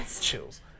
chills